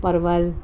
परवल